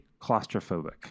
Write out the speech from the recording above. claustrophobic